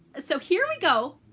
so here we go.